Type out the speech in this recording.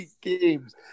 games